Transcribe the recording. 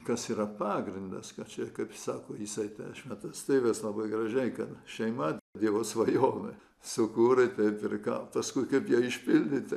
kas yra pagrindas kad čia kaip sako jisai prieš metus tai vis labai gražiai kad šeima dievo svajonė sukūrei taip ir ką paskui kaip ją išpildyti